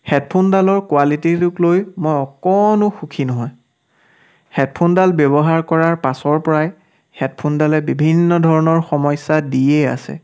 হেডফোনডালৰ কোৱালিটিটোক লৈ মই অকণো সুখী নহয় হেডফোনডাল ব্যৱহাৰ কৰাৰ পাছৰ পৰাই হেডফোনডালে বিভিন্ন ধৰণৰ সমস্যা দিয়ে আছে